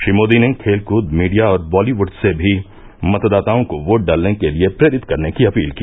श्री मोदी ने खेलकूद मीडिया और बॉलीवुड से भी मतदाताओं को वोट डालने के लिए प्रेरित करने की अपील की